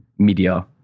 media